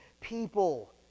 people